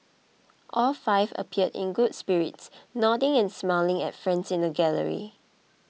all five appeared in good spirits nodding and smiling at friends in the gallery